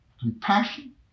compassion